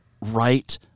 right